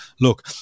look